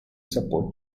support